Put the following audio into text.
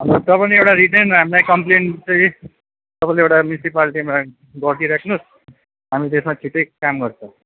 तब पनि रिटन हामीलाई कम्प्लेन चाहिँ तपाईँले एउटा म्युनिसिप्यालिटीमा गरिदिई राख्नुहोस् हामी त्यसमा छिट्टै काम गर्छ